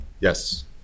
Yes